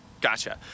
Gotcha